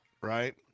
right